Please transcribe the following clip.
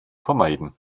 vermeiden